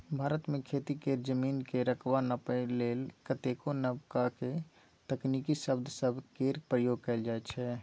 भारत मे खेती केर जमीनक रकबा नापइ लेल कतेको नबका तकनीकी शब्द सब केर प्रयोग कएल जाइ छै